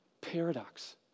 paradox